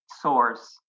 source